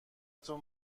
تون